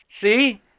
See